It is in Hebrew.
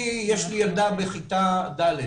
יש לי ילדה בכיתה ד'.